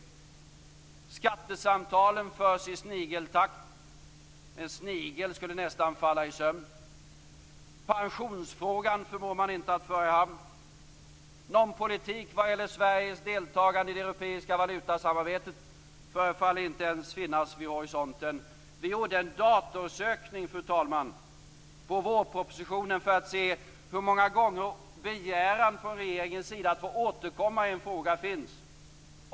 Skattesamtalen förs i snigeltakt. En snigel skulle nästan falla i sömn. Pensionsfrågan förmår man inte att föra i hamn. Någon politik vad gäller Sveriges deltagande i det europeiska valutasamarbetet förefaller inte ens finnas vid horisonten. Vi gjorde en datorsökning, fru talman, på vårpropositionen för att se hur många gånger det finns en begäran från regeringens sida att få återkomma i en fråga.